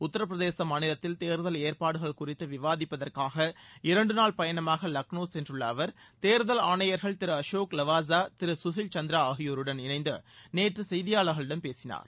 உத்தரப்பிரதேச மாநிலத்தில் தேர்தல் ஏற்பாடுகள் குறித்து விவாதிப்பதற்காக இரண்டு நாள் பயணமாக லக்ளோ சென்றுள்ள அவர் தேர்தல் ஆணையர்கள் திரு அசோக் லவாஸா திரு கசில் சந்த்ரா ஆகியோருடன் இணைந்து நேற்று செய்தியாளர்களிடம் பேசினார்